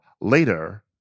later